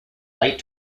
light